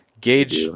gauge